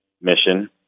mission